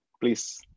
Please